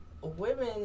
women